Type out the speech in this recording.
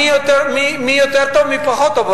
מי יותר טוב ומי פחות טוב,